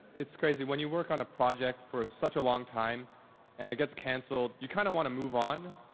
it's crazy. when you work on a project for such a long time and it gets canceled, you kind of want to move on.